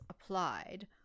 applied